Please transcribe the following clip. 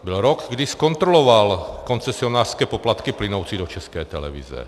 Byl rok, kdy zkontroloval koncesionářské poplatky plynoucí do České televize.